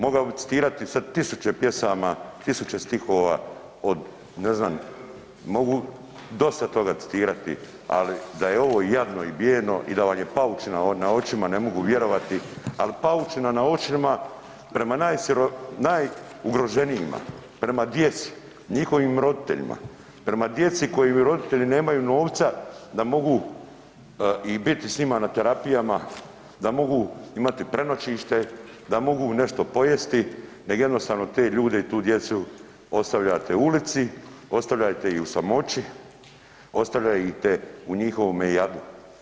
Mogao bi citirati sad tisuće pjesama, tisuće stihova od ne znam mogu dosta toga citirati, ali da je ovo jadno i bijedno i da vam je paučina na očima ne mogu vjerovati, ali paučina na očima prema najugroženijima, prema djeci, njihovim roditeljima, prema djeci koji roditelji nemaju novca da mogu i biti s njima na terapijama, da mogu imati prenoćište, da mogu nešto pojesti, nego jednostavno te ljude i tu djecu ostavljate ulici, ostavljajte ih u samoći, ostavljajte u njihovome jadu.